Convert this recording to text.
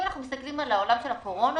אם אנחנו מסתכלים על העולם של הקורונה